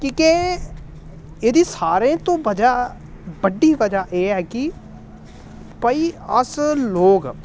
कि के एह्दी सारें तो ब'जा बड्डी ब'जा एह् ऐ कि भाई अस लोक